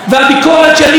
והביקורת שלי,